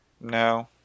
no